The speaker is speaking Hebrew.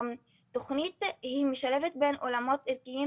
התוכנית היא משלבת בין עולמות ערכיים